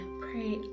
pray